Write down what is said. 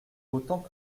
autant